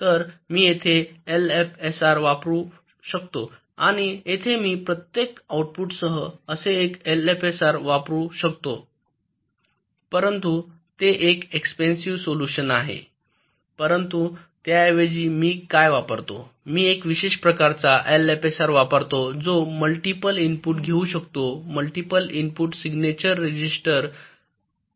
तर मी येथे एलएफएसआर वापरू शकतो आणि येथे मी प्रत्येक आउटपुटसह असे एक एलएफएसआर वापरू शकतो परंतु ते एक एक्सपेन्सिव्ह सोलुशन असेल परंतु त्याऐवजी मी काय वापरतो मी एक विशेष प्रकारचा एलएफएसआर वापरतो जो मल्टिपल इनपुट घेऊ शकतो मल्टिपल इनपुट सिग्नेचर रेसिस्टर्स